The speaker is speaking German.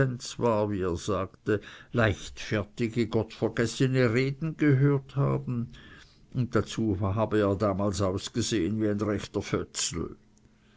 wie er sagte leichtfertige gottvergessene reden gehört haben und dazu habe er damals ausgesehen wie ein rechter